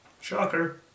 Shocker